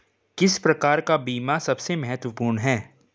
किस प्रकार का बीमा सबसे महत्वपूर्ण है?